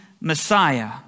Messiah